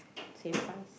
same five